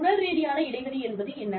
உடல் ரீதியான இடைவெளி என்பது என்ன